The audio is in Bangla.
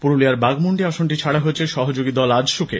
পুরুলিয়ার বাঘমুন্ডি আসনটি ছাড়া হয়েছে সহযোগী দল আজসুকে